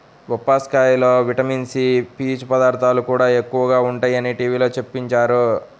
బొప్పాస్కాయలో vitamin C, పీచు పదార్థాలు కూడా ఎక్కువగా ఉంటయ్యని టీవీలో చూపించారు